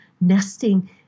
nesting